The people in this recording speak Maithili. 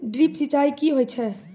ड्रिप सिंचाई कि होय छै?